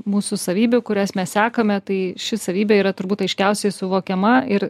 mūsų savybių kurias mes sekame tai ši savybė yra turbūt aiškiausiai suvokiama ir